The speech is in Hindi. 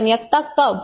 तन्यकता कब